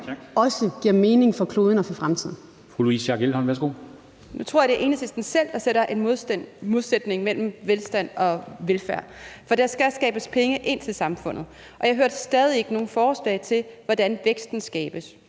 Kl. 15:31 Louise Schack Elholm (V): Nu tror jeg, at det er Enhedslisten selv, der opsætter en modsætning mellem velstand og velfærd, for der skal skabes penge til samfundet. Jeg hørte stadig ikke noget forslag til, hvordan væksten skabes.